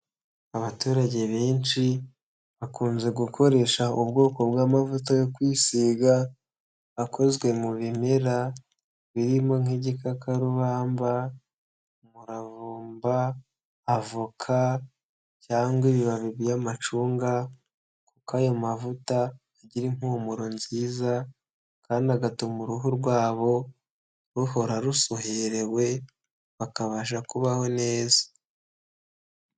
Abaturage benshi bakunze gukoresha ubwoko bw'amavuta yo kwisiga; akozwe mu bimera birimo nk'igikakarubamba, umuravumba, avoka cyangwa ibiba by'amacunga, kuko ayo mavuta agira impumuro nziza kandi agatuma uruhu rwabo ruhora rusuherewe, bakabasha kubaho neza.